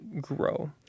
grow